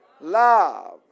Love